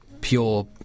pure